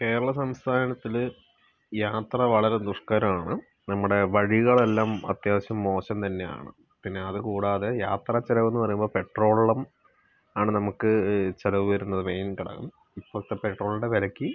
കേരള സംസ്ഥാനത്തില് യാത്ര വളരെ ദുഷ്ക്കരമാണ് നമ്മുടെ വഴികളെല്ലാം അത്യാവിശ്യം മോശം തന്നെയാണ് പിന്നെ അത് കൂടാതെ യാത്ര ചിലവെന്ന് പറയുമ്പോൾ പെട്രോളും ആണ് നമുക്ക് ചിലവ് വരുന്നത് മെയിൻ ഘടകം ഇപ്പൊക്കെ പെട്രോളിൻ്റെ വെലയ്ക്ക്